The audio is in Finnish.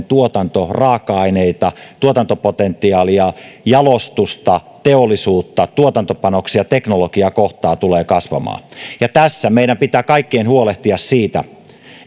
tuotantoa raaka aineita tuotantopotentiaalia jalostusta teollisuutta tuotantopanoksia teknologiaa kohtaan tulee kasvamaan ja tässä meidän pitää kaikkien huolehtia siitä